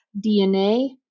DNA